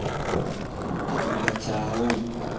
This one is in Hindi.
बचाओ